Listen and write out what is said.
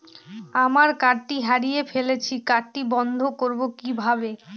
আমার কার্ডটি হারিয়ে ফেলেছি কার্ডটি বন্ধ করব কিভাবে?